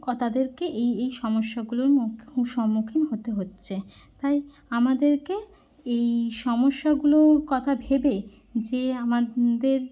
ও তাদেরকে এই এই সমস্যাগুলোর মুখে সম্মুখীন হতে হচ্ছে তাই আমাদেরকে এই সমস্যাগুলো কথা ভেবে যে আমাদের